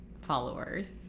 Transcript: followers